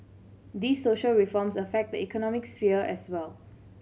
these social reforms affect the economic sphere as well